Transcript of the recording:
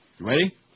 Ready